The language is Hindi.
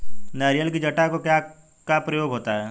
नारियल की जटा का क्या प्रयोग होता है?